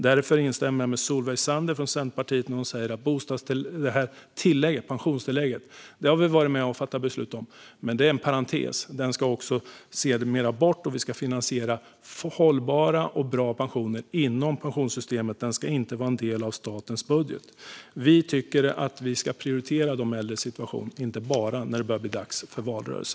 Därför instämmer jag med det som Solveig Zander från Centerpartiet sa om pensionstillägget. Det har vi varit med och fattat beslut om, men det är en parentes. Det ska sedermera bort. Vi ska finansiera hållbara och bra pensioner inom pensionssystemet. De ska inte vara en del av statens budget. Vi ska prioritera de äldres situation, och inte bara när det börjar bli dags för valrörelse.